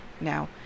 Now